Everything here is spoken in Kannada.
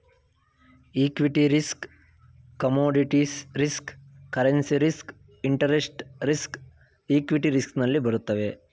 equity risk commodities risk currency risk interest risk equity risk ನಲ್ಲಿ ಬರುತ್ತವೆ